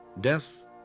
death